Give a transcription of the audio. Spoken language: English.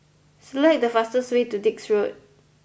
select the fastest way to Dix Road